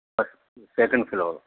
second floor